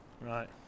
Right